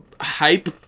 hype